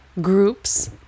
groups